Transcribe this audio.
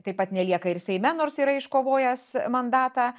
taip pat nelieka ir seime nors yra iškovojęs mandatą